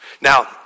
Now